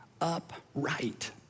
upright